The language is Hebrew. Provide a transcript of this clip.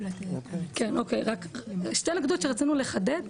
2 נקודות שרצינו לחדד,